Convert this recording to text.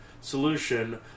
solution